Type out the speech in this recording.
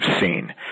seen